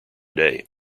day